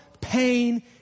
pain